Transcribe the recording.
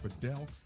Fidel